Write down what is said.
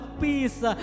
peace